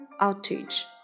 outage